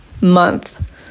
month